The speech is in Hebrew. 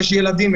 נשים וילדים,